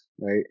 right